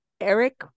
Eric